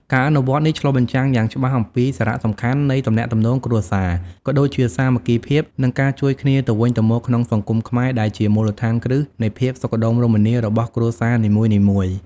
ការអនុវត្តន៍នេះឆ្លុះបញ្ចាំងយ៉ាងច្បាស់អំពីសារៈសំខាន់នៃទំនាក់ទំនងគ្រួសារ ក៏ដូចជាសាមគ្គីភាព និងការជួយគ្នាទៅវិញទៅមកក្នុងសង្គមខ្មែរ ដែលជាមូលដ្ឋានគ្រឹះនៃភាពសុខដុមរមនារបស់គ្រួសារនីមួយៗ។